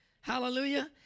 Hallelujah